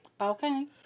Okay